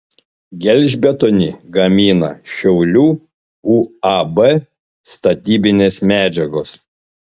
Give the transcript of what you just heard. gelžbetonį gamina šiaulių uab statybinės medžiagos